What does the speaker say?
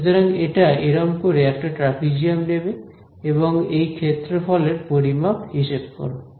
সুতরাং এটা এরম করে একটা ট্রাপিজিয়াম নেবে এবং এই ক্ষেত্রফলের পরিমাপ হিসাব করো